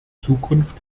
zukunft